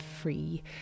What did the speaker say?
free